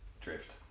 drift